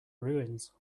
ruins